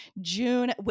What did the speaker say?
June